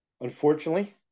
Unfortunately